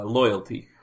loyalty